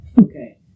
Okay